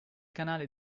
canale